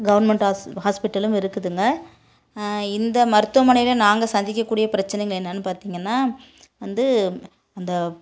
government ஹாஸ்பிட்டலும் இருக்குதுங்க இந்த மருத்துவமனையில் நாங்கள் சந்திக்க கூடிய பிரச்சனைங்கள் என்னன்னு பார்த்திங்கன்னா வந்து அந்த